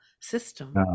system